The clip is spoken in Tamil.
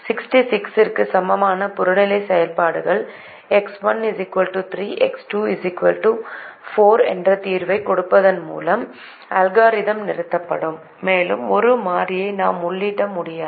66 க்கு சமமான புறநிலை செயல்பாட்டுடன் எக்ஸ் 1 3 எக்ஸ் 2 4 என்ற தீர்வைக் கொடுப்பதன் மூலம் அல்காரிதம் நிறுத்தப்படும் மேலும் ஒரு மாறியை நாம் உள்ளிட முடியாது